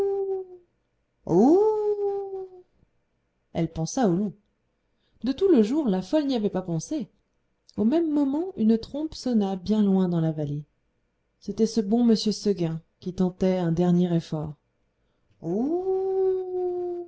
elle pensa au loup de tout le jour la folle n'y avait pas pensé au même moment une trompe sonna bien loin dans la vallée c'était ce bon m seguin qui tentait un dernier effort